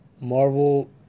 Marvel